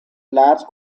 large